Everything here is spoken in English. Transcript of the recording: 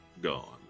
Gone